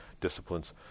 disciplines